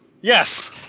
Yes